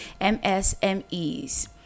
msmes